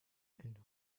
and